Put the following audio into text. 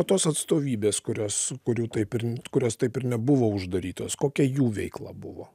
o tos atstovybės kurios kurių taip ir kurios taip ir nebuvo uždarytos kokia jų veikla buvo